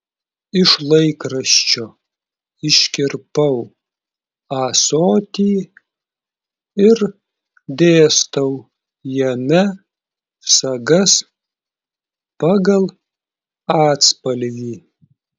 iš laikraščio iškirpau ąsotį ir dėstau jame sagas pagal atspalvį